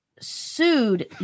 sued